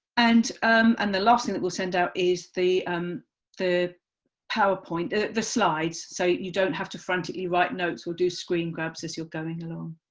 and um and the last thing we will send out is the um the powerpoint, ah the slides, so you don't have to frantically write notes or do screengrabs as you're going along.